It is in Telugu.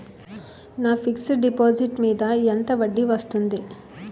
నా ఫిక్సడ్ డిపాజిట్ మీద ఎంత వడ్డీ వస్తుంది?